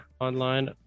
online